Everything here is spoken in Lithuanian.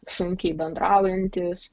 sunkiai bendraujantys